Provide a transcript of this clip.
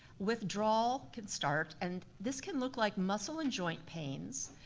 withdrawal can start and this can look like muscle and joint pains,